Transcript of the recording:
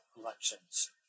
elections